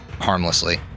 harmlessly